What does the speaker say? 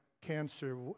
cancer